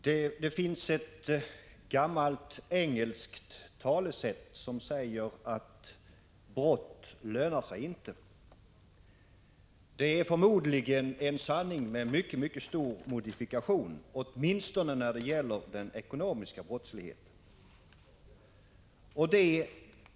Herr talman! Det finns ett gammalt engelskt talesätt som säger att brott inte lönar sig. Det är förmodligen en sanning med mycket stor modifikation — åtminstone när det gäller den ekonomiska brottsligheten.